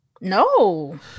No